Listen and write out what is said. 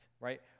right